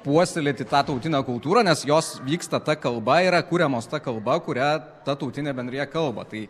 puoselėti tą tautinę kultūrą nes jos vyksta ta kalba yra kuriamos ta kalba kuria ta tautinė bendrija kalba tai